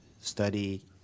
study